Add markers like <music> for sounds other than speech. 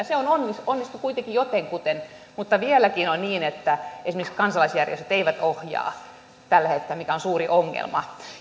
<unintelligible> se onnistuu kuitenkin jotenkuten mutta vieläkin on niin että esimerkiksi kansalaisjärjestöt eivät ohjaa tällä hetkellä mikä on suuri ongelma